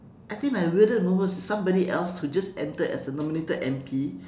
I think my weirdest moment somebody else who just entered as a nominated M_P